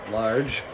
large